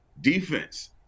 defense